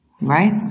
right